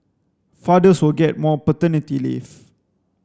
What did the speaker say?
fathers will get more paternity leave